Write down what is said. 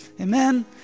Amen